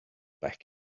back